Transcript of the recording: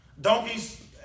Donkeys